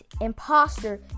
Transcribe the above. imposter